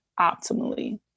optimally